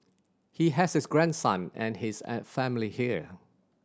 he has his grandson and his an family here